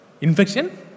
Infection